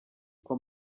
uko